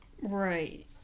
Right